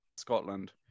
Scotland